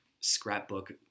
scrapbook